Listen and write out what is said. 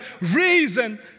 reason